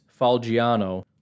Falgiano